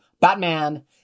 Batman